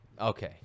okay